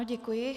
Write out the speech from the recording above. Děkuji.